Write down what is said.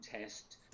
test